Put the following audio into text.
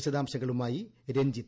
വിശദാംശങ്ങളുമായി രഞ്ജിത്